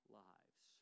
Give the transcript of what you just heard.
lives